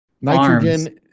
nitrogen